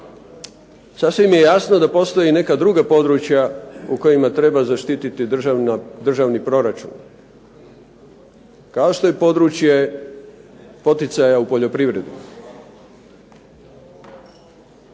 sasvim je jasno da postoje neka druga područja u kojima treba zaštititi državni proračun, kao što je područje poticaja u poljoprivredi.